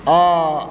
आओर